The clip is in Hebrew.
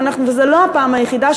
וזה לא הפעם היחידה,